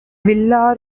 நல்ல